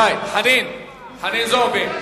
גזען שכמוך.